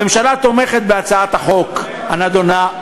הממשלה תומכת בהצעת החוק הנדונה,